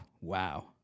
wow